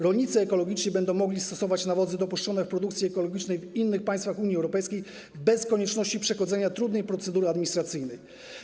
Rolnicy ekologiczni będą mogli stosować nawozy dopuszczone w produkcji ekologicznej w innych państwach Unii Europejskiej bez konieczności przechodzenia przez trudną procedurę administracyjną.